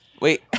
Wait